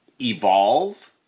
evolve